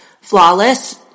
flawless